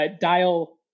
dial